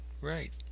Right